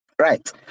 right